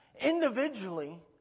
Individually